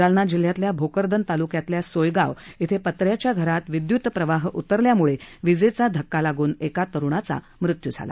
जालना जिल्ह्यातल्या भोकरदन तालुक्यातल्या सोयगाव इथं पत्र्याच्या घरात विद्युत प्रवाह उतरल्याम्ळे विजेचा धक्का लागून एका तरुणाचा मृत्यू झाला